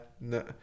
No